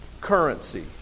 currency